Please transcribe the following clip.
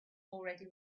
already